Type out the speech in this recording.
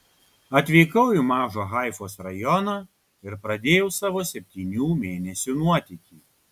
atvykau į mažą haifos rajoną ir pradėjau savo septynių mėnesių nuotykį